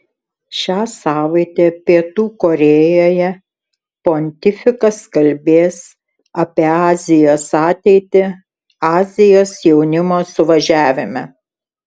šią savaitę pietų korėjoje pontifikas kalbės apie azijos ateitį azijos jaunimo suvažiavime